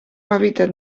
hàbitat